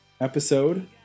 episode